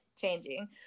changing